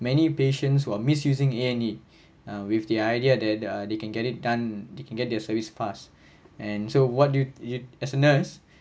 many patients who are misusing a and e uh with the idea that they ah can get it done they can get their service fast and so what do you you as a nurse